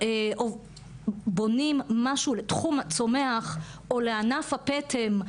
בונים משהו לתחום הצומח או לענף הפטם,